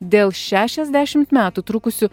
dėl šešiasdešimt metų trukusių